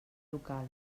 local